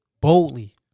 boldly